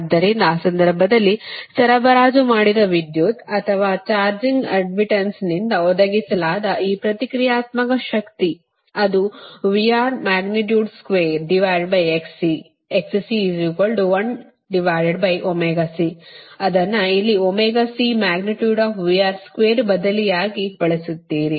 ಆದ್ದರಿಂದ ಆ ಸಂದರ್ಭದಲ್ಲಿ ಸರಬರಾಜು ಮಾಡಿದ ವಿದ್ಯುತ್ ಅಥವಾ ಚಾರ್ಜಿಂಗ್ ಅಡ್ಡ್ಮಿಟ್ಟನ್ಸ್ನಿಂದ ಒದಗಿಸಲಾದ ಈ ಪ್ರತಿಕ್ರಿಯಾತ್ಮಕ ಶಕ್ತಿ ಅದು ಅದನ್ನು ಇಲ್ಲಿ ಬದಲಿಯಾಗಿ ಬಳಸುತ್ತೀರಿ